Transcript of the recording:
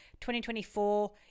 2024